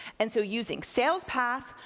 and so using sales path,